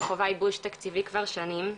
שחווה ייבוש תקציבי כבר שנים,